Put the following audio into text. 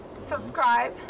Subscribe